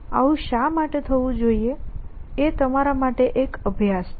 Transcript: આવું શા માટે થવું જોઈએ એ તમારા માટે એક અભ્યાસ છે